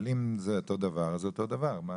אבל אם זה אותו דבר אז אותו דבר.